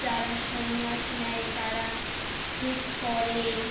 যারা সন্ন্যাস নেয় তারা শিব পড়ে